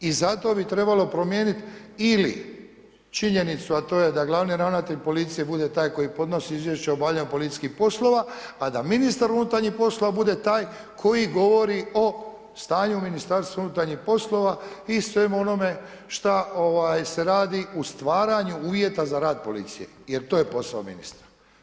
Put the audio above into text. I zato bi trebalo promijeniti ili činjenicu a to je da glavni ravnatelj policije bude taj koji podnosi izvješće o obavljanju policijskih poslova, a da ministar unutarnjih poslova bude taj koji govori o stanju u MUP-u i svemu onome šta se radi u stvaranju uvjeta za rad policije jer to je posao ministra.